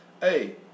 Hey